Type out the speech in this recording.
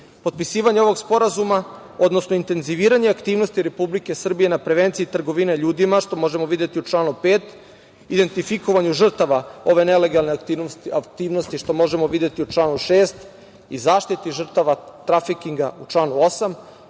kontekstu. Potpisivanje ovog sporazuma, odnosno intenziviranje aktivnosti Republike Srbije na prevencije trgovine ljudima, što možemo videti u članu 5, identifikovanju žrtava ove nelegalne aktivnosti, što možemo videti u članu 6. i zaštiti žrtava trafikinga u članu 8.